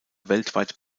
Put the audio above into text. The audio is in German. weltweit